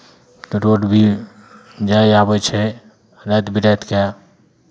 तऽ रोड भी जाइ आबै छै राति बिरातिकेँ